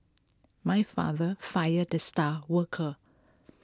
my father fired the star worker